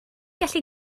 gallu